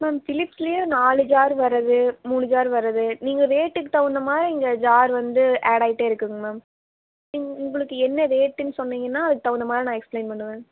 ma'am பிளிப்ஸ்லயே நாலு jar வர்றது மூனு ஜார் வர்றது நீங்கள் ரேட்டுக்குத் தகுந்த மாதிரி இங்கே ஜார் வந்து ஆட் ஆயிட்டே இருக்குங்க மேம் இங் உங்களுக்கு என்ன ரேட்டுன்னு சொன்னிங்ன்னா அதுக்குத் தகுந்த மாதிரி நான் எக்ஸ்பிளைன் பண்ணுவேன்